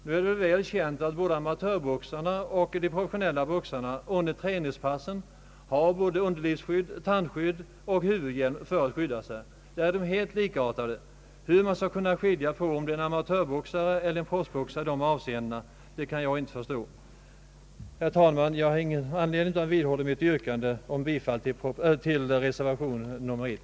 Nu är det väl känt att både amatörboxare och professionella boxare under träningspassen har underlivsskydd, tandskydd och huvudskydd. Förhållandena är alltså helt likartade. Hur man i detta avseende skall kunna skilja på om det är en amatörboxare eller en prisboxare kan jag inte förstå. Herr talman! Jag vidhåller mitt yrkande om bifall till reservation 1.